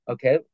Okay